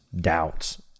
doubts